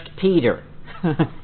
Peter